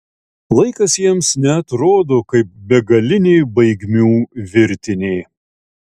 laikas jiems neatrodo kaip begalinė baigmių virtinė